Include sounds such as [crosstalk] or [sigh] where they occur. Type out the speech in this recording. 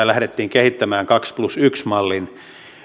[unintelligible] lähdettiin kehittämään kaksi plus yksi mallin